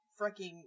freaking